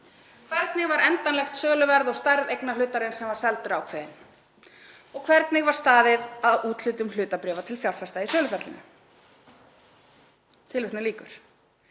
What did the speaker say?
Hvernig var endanlegt söluverð og stærð eignarhlutarins sem var seldur ákveðin? 4. Hvernig var staðið að úthlutun hlutabréfa til fjárfesta í söluferlinu?“ Tekið er